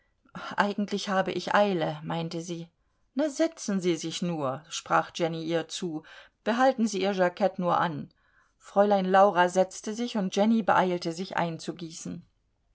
eigentlich habe ich eile meinte sie na setzen sie sich nur sprach jenny ihr zu behalten sie ihr jackett nur an fräulein laura setzte sich und jenny beeilte sich